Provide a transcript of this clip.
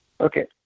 Okay